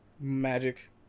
magic